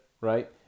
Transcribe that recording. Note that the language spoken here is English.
right